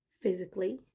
physically